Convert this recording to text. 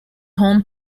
home